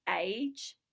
age